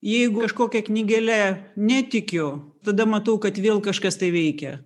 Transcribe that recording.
jeigu kažkokia knygele netikiu tada matau kad vėl kažkas tai veikia